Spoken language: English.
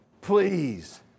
Please